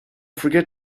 forget